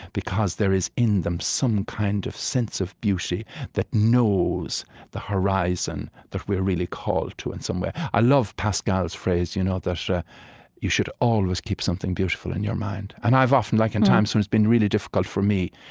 because there is, in them, some kind of sense of beauty that knows the horizon that we are really called to in some way. i love pascal's phrase, you know that you should always keep something beautiful in your mind. and i have often like in times when it's been really difficult for me,